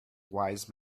wise